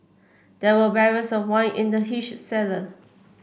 there were barrels of wine in the huge cellar